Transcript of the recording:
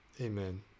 Amen